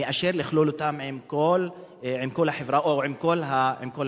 מאשר כשכוללים אותם עם כל החברה או עם כל המדינה.